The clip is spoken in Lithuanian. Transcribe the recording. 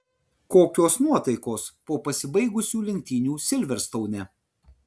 kokios nuotaikos po pasibaigusių lenktynių silverstoune